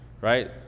right